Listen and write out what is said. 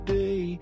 day